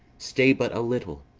stay but a little,